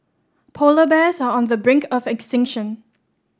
polar bears are on the brink of extinction